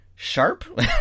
sharp